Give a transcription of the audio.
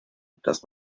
dass